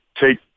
take